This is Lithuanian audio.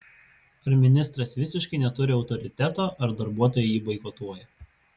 ar ministras visiškai neturi autoriteto ar darbuotojai jį boikotuoja